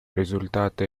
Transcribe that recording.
результаты